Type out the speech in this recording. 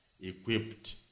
equipped